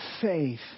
faith